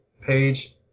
page